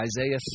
Isaiah